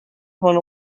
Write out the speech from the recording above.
von